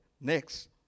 Next